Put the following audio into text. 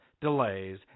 delays